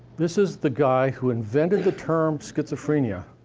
this is the guy who invented the term schizophrenia,